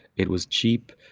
it was cheap.